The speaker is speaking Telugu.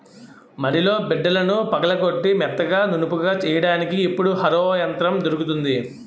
మడిలో బిడ్డలను పగలగొట్టి మెత్తగా నునుపుగా చెయ్యడానికి ఇప్పుడు హరో యంత్రం దొరుకుతుంది